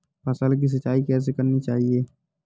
फसल की सिंचाई कैसे करनी चाहिए?